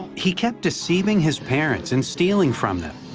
he kept deceiving his parents and stealing from them.